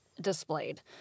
displayed